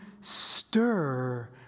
stir